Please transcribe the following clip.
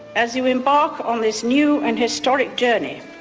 as you embark on this new and historic journey,